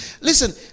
listen